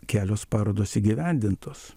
kelios parodos įgyvendintos